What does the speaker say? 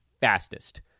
fastest